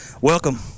Welcome